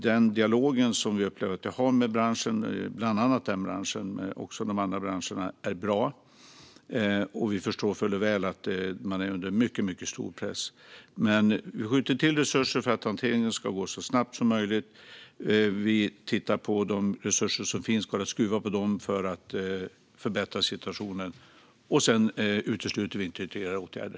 Den dialog som vi upplever att vi har med bland annat denna bransch, men också med de andra, är bra. Vi förstår fullt och väl att man är under mycket stor press. Vi skjuter till resurser för att hanteringen ska gå så snabbt som möjligt. Vi tittar på de resurser som finns och ser om det går att skruva på dem för att förbättra situationen. Och vi utesluter inte ytterligare åtgärder.